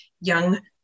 young